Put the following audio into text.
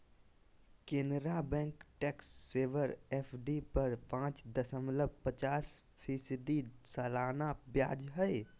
Canara bank tax saver FD पर पाच दशमलब पचास फीसदी सालाना ब्याज हइ